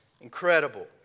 Incredible